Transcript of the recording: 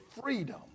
freedom